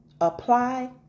Apply